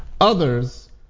others